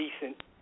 decent